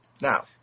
Now